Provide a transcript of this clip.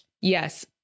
yes